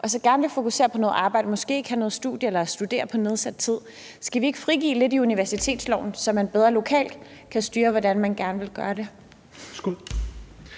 og så gerne vil fokusere på noget arbejde – måske ikke have noget studie eller studere på nedsat tid. Skal vi ikke frigive lidt i universitetsloven, så man bedre lokalt kan styre, hvordan man gerne vil gøre det?